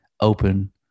open